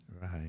Right